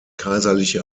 kaiserliche